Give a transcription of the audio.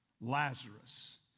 Lazarus